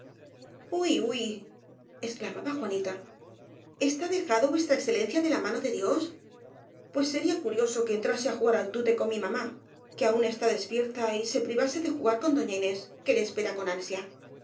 uy huy exclamaba juanita está de jado v e de la mano de dios pues sería curioso que entrase á jugar al tute con mi mamá que aun está despierta y se privase de jugar con doña inés que le espera con ansia